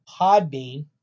Podbean